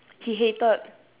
he hated